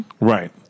Right